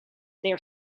their